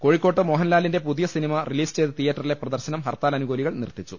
കോഴിക്കോട്ട് മോഹൻലാലിന്റെ പുതിയസിനിമ റിലീസ് ചെയ്ത തീയ്യറ്ററിലെ പ്രദർശനം ഹർത്താൽ അനുകൂലികൾ നിർത്തിച്ചു